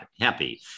happy